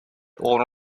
all